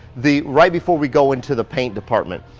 the right before we go into the paint department,